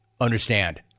understand